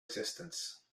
existence